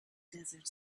desert